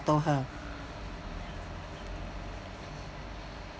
told her